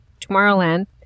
Tomorrowland